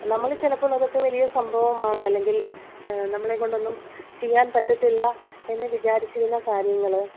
നമ്മള് ചിലപ്പോൾ അതൊക്കെ വലിയ സംഭവമാണ് അല്ലെങ്കിൽ നമ്മളെ കൊണ്ടൊന്നും ചെയ്യാൻ പറ്റത്തില്ല എന്നുവിചാരിച്ചിരുന്ന കാര്യങ്ങള്